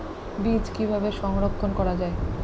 বীজ কিভাবে সংরক্ষণ করা যায়?